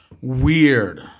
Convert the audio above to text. Weird